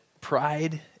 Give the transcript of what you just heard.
pride